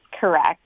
correct